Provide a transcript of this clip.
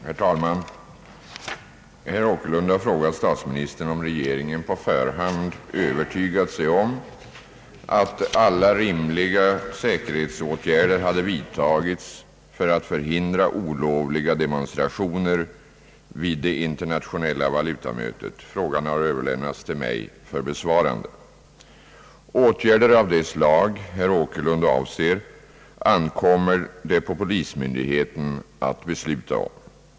Herr talman! Herr Åkerlund har frågat statsministern om regeringen på förhand övertygat sig om att alla rimliga säkerhetsåtgärder hade vidtagits för att förhindra olovliga demonstrationer vid det internationella valutamötet. Frågan har överlämnats till mig för besvarande. Åtgärder av det slag herr Åkerlund avser ankommer det på polismyndigheten att besluta om.